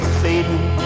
fading